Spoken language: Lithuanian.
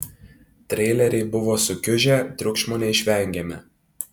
treileriai buvo sukiužę triukšmo neišvengėme